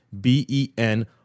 b-e-n